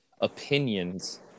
opinions